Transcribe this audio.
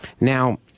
Now